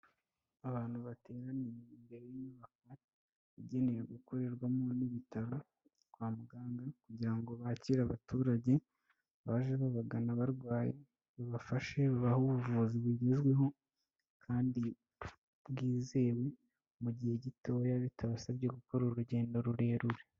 Abantu bateraniye imbere y'inyubako igenewe gukorerwamo n'ibitaro kwa muganga kugira ngo bakire abaturage baje babagana barwaye babafashe babahe ubuvuzi bugezweho kandi bwizewe mu gihe gitoya bitabasabye gukora urugendo rurerure.